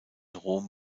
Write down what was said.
rom